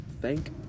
thank